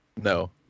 No